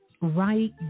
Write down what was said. right